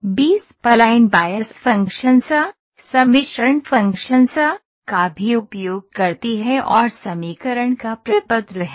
B spline bias functions सम्मिश्रण functions का भी उपयोग करती है और समीकरण का प्रपत्र है